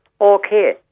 okay